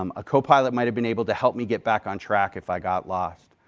um a copilot might have been able to help me get back on track if i got lost,